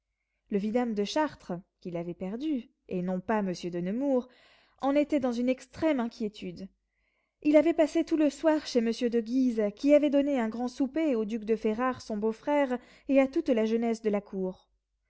le vidame de chartres qui l'avait perdue et non pas monsieur de nemours en était dans une extrême inquiétude il avait passé tout le soir chez monsieur de guise qui avait donné un grand souper au duc de ferrare son beau-frère et à toute la jeunesse de la cour